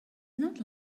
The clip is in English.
not